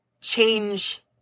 change